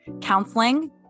counseling